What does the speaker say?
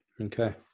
Okay